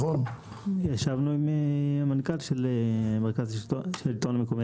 ישבנו עם מנכ"ל שלטון מקומי